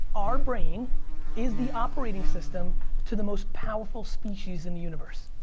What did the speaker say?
our brain is the operating system to the most powerful species in the universe.